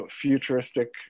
futuristic